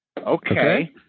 Okay